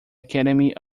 academy